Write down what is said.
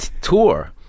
tour